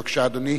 בבקשה, אדוני.